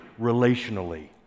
relationally